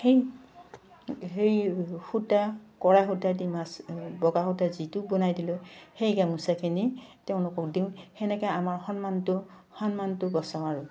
সেই সেই সূতা কৰা সূতা দি মাছ বগা সূতা যিটো বনাই দিলে সেই গামোচাখিনি তেওঁলোকক দিওঁ সেনেকে আমাৰ সন্মানটো সন্মানটো বচাওঁ আৰু